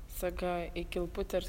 saga į kilputę ir